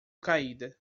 caída